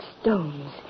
stones